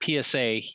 PSA